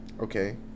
Okay